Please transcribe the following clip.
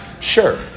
Sure